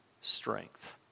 strength